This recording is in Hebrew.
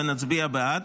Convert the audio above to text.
ונצביע בעד.